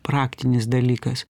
praktinis dalykas